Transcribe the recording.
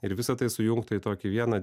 ir visa tai sujungta į tokį vieną